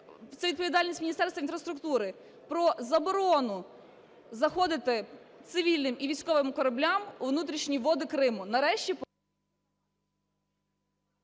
це відповідальність Міністерства інфраструктури про заборону заходити цивільним і військовим кораблям у внутрішні води Криму,